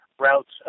routes